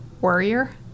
warrior